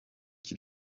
qui